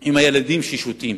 הם הילדים ששותים,